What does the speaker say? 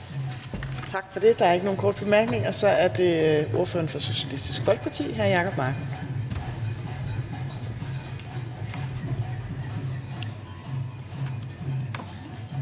Tak for det. Der er ikke nogen korte bemærkninger. Så er det ordføreren for Socialistisk Folkeparti, hr. Jacob Mark.